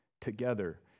together